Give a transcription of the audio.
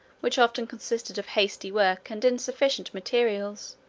which often consisted of hasty work and insufficient materials,